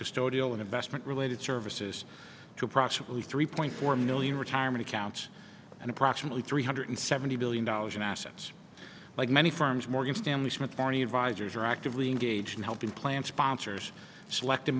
custodial and investment related services to approximately three point four million retirement accounts and approximately three hundred seventy billion dollars in assets like many firms morgan stanley smith barney advisors are actively engaged in helping plan sponsors select